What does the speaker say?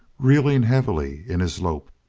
reeling heavily in his lope.